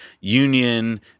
union